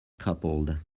coupled